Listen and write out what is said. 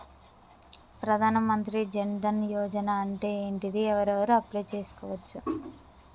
ప్రధాన మంత్రి జన్ ధన్ యోజన అంటే ఏంటిది? ఎవరెవరు అప్లయ్ చేస్కోవచ్చు?